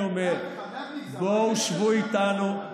לכן אני אומר: בואו שבו איתנו,